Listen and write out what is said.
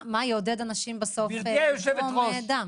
מה יעודד בסוף אנשים לתרום דם.